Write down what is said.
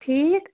ٹھیٖک